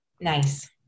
Nice